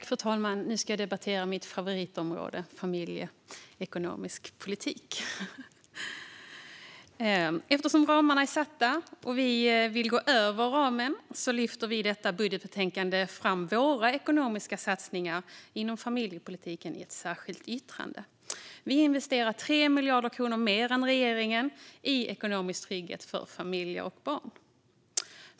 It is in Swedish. Fru talman! Nu ska jag debattera mitt favoritområde - familjeekonomisk politik. Eftersom ramarna är satta och vi i Sverigedemokraterna vill gå över ramen lyfter vi i detta budgetbetänkande fram våra ekonomiska satsningar inom familjepolitiken i ett särskilt yttrande. Vi investerar 3 miljarder kronor mer än regeringen i ekonomisk trygghet för familjer och barn.